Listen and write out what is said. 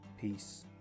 Peace